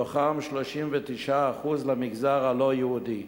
מתוכם 39% למגזר הלא-יהודי,